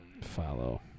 Follow